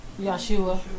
Yahshua